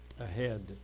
ahead